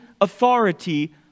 authority